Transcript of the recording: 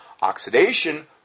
Oxidation